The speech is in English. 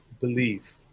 believe